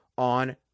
On